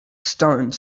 stone